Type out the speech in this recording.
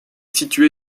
située